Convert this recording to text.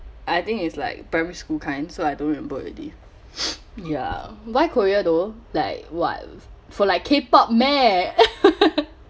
I think is like primary school kind so I don't remember already ya why korea though like [what] for like k pop meh